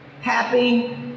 happy